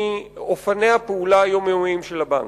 מאופני הפעולה היומיומיים של הבנק,